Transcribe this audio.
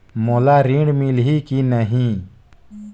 मोला ऋण मिलही की नहीं?